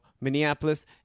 Minneapolis